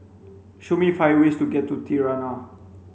show me five ways to get to Tirana